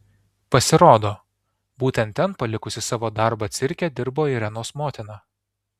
pasirodo būtent ten palikusi savo darbą cirke dirbo irenos motina